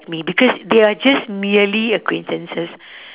me because they are just merely acquaintances